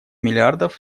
миллиардов